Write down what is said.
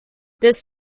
this